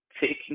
taking